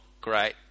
great